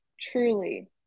Truly